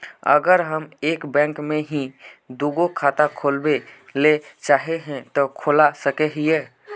अगर हम एक बैंक में ही दुगो खाता खोलबे ले चाहे है ते खोला सके हिये?